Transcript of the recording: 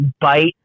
bite